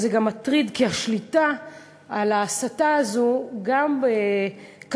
וזה מטריד גם כי השליטה על ההסתה הזאת היא קשה,